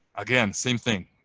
again, same thing.